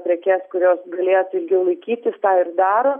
prekes kurios galėtų ilgiau laikytis tą ir daro